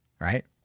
Right